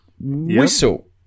Whistle